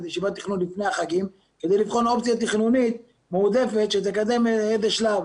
החגים כדי לבחון אופציה תכנונית מועדפת שתקדם איזה שלב.